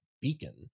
Beacon